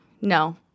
no